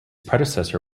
predecessor